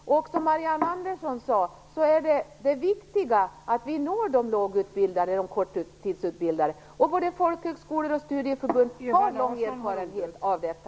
Som Marianne Andersson sade, är det viktigt att vi når de lågutbildade och korttidsutbildade. Både folkhögskolor och studieförbund har lång erfarenhet av detta.